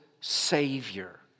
savior